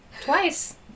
twice